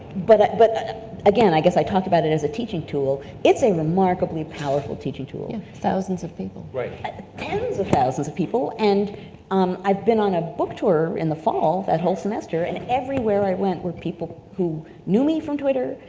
but but again, i guess i talked about it as a teaching tool. it's a remarkably powerful teaching tool. thousands of people. tens of thousands of people, and um i've been on a book tour in the fall, that whole semester, and everywhere i went where people who knew me from twitter,